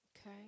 okay